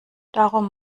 darum